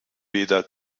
weder